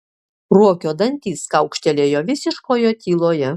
ruokio dantys kaukštelėjo visiškoje tyloje